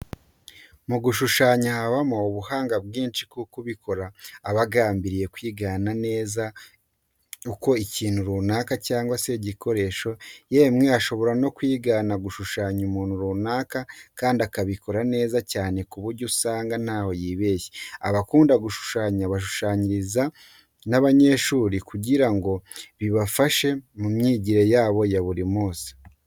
Mu gushushanya habamo ubuhanga bwinshi kuko ubikora aba agambiriye kwigana neza uko ikintu runaka cyangwa se igikoresho, yewe ashobora no kwigana gushushanya umuntu runaka kandi akabikora neza cyane ku buryo usanga ntaho yibeshe. Abakunda gushushanya bashushanyiriza n'abanyeshuri kugira ngo bibafashe mu myigire yabo ya buri munsi.